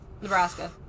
Nebraska